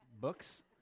books